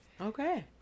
Okay